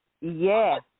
Yes